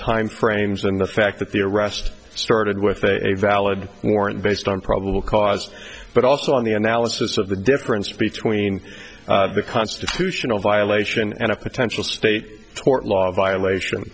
imeframes and the fact that the arrest started with a valid warrant based on probable cause but also on the analysis of the difference between the constitutional violation and a potential state tort law violation